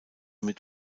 mit